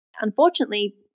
unfortunately